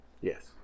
Yes